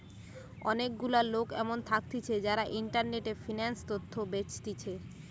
অনেক গুলা লোক এমন থাকতিছে যারা ইন্টারনেটে ফিন্যান্স তথ্য বেচতিছে